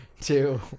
two